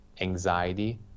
anxiety